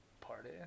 party